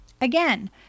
Again